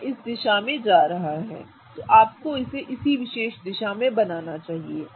तो यह इस दिशा में जा रहा है तो हमें इसे इसी विशेष दिशा में बनाना चाहिए